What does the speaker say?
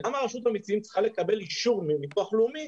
למה רשות המסים צריכה לקבל אישור מביטוח לאומי